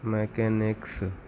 mechanics